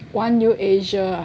玩游 Asia ah